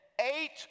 Eight